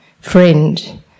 friend